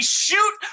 shoot